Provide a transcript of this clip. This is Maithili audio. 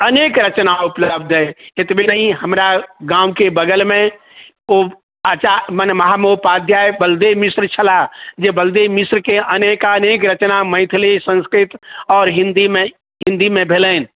अनेक रचना उपलब्ध अछि एतबे नहि हमरा गाँवके बगलमे ओ आचा मने महामहोपाध्याय बलदेब मिश्र छलाह जे बलदेब मिश्रके अनेकानेक रचना मैथिली संस्कृत आओर हिन्दीमे हिन्दीमे भेलनि